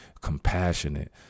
compassionate